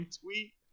tweet